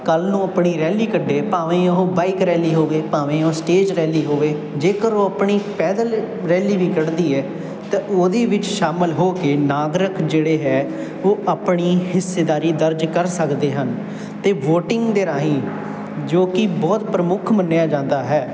ਕੱਲ੍ਹ ਨੂੰ ਆਪਣੀ ਰੈਲੀ ਕੱਢੇ ਭਾਵੇਂ ਉਹ ਬਾਈਕ ਰੈਲੀ ਹੋਵੇ ਭਾਵੇਂ ਉਹ ਸਟੇਜ ਰੈਲੀ ਹੋਵੇ ਜੇਕਰ ਉਹ ਆਪਣੀ ਪੈਦਲ ਰੈਲੀ ਵੀ ਕੱਢਦੀ ਹੈ ਤਾਂ ਉਹਦੇ ਵਿੱਚ ਸ਼ਾਮਿਲ ਹੋ ਕੇ ਨਾਗਰਿਕ ਜਿਹੜੇ ਹੈ ਉਹ ਆਪਣੀ ਹਿੱਸੇਦਾਰੀ ਦਰਜ ਕਰ ਸਕਦੇ ਹਨ ਅਤੇ ਵੋਟਿੰਗ ਦੇ ਰਾਹੀਂ ਜੋ ਕਿ ਬਹੁਤ ਪ੍ਰਮੁੱਖ ਮੰਨਿਆ ਜਾਂਦਾ ਹੈ